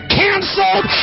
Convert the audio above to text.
canceled